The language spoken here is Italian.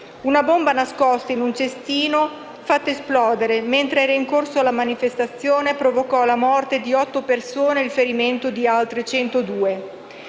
Una bomba nascosta in un cestino, fatta esplodere mentre era in corso la manifestazione, provocò la morte di otto persone e il ferimento di altre